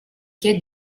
quai